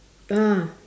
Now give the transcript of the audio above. ah